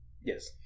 Yes